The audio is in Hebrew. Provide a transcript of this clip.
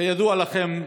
כידוע לכם,